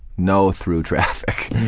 no through traffic.